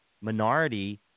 minority